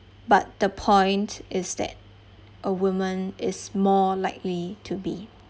but the point is that a woman is more likely to be